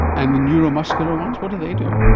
and the neuromuscular ones, what do they do?